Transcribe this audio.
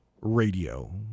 Radio